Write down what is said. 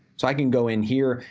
so i can go in here,